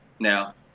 now